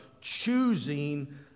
choosing